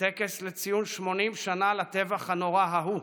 בטקס לציון 80 שנה לטבח הנורא ההוא,